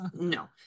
no